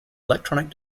electronic